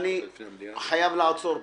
אני חייב לעצור פה.